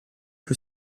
que